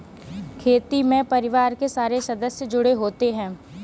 खेती में परिवार के सारे सदस्य जुड़े होते है